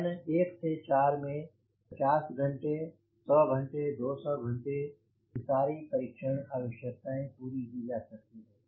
चरण 1 से 4 तक में 50 घंटे 100घंटे और 200 घंटे की सारी परीक्षण आवश्यकताएं पूरी की जा सकती हैं